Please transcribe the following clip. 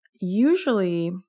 usually